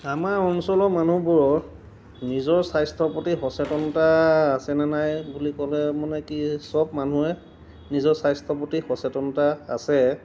আমাৰ অঞ্চলৰ মানুহবোৰৰ নিজৰ স্বাস্থ্যৰ প্ৰতি সচেতনতা আছেনে নাই বুলি ক'লে মানে কি সব মানুহে নিজৰ স্বাস্থ্যৰ প্ৰতি সচেতনতা আছে